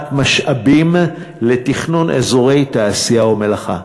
משאבים לתכנון אזורי תעשייה ומלאכה";